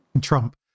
Trump